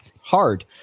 hard